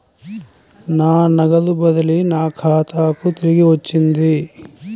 నా నగదు బదిలీ నా ఖాతాకు తిరిగి వచ్చింది